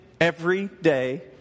everyday